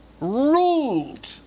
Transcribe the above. ruled